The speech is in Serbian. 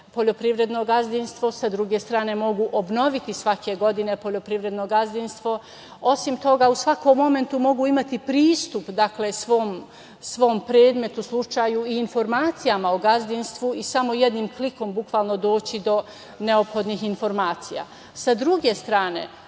poljoprivredno gazdinstvo, sa druge strane mogu obnoviti svake godine poljoprivredno gazdinstvo. Osim toga, u svakom momentu mogu imati pristup, dakle svom predmetu, slučaju i informacijama o gazdinstvu i samo jednim klikom bukvalno doći do neophodnih informacija. Sa druge strane,